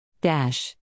Dash